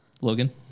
Logan